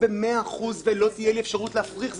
אלה המאגרים שיש היום למשטרה.